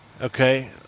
okay